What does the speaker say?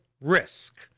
risk